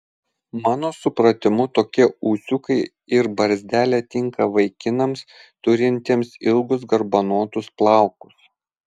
mano supratimu tokie ūsiukai ir barzdelė tinka vaikinams turintiems ilgus garbanotus plaukus